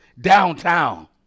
downtown